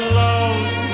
love's